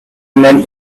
men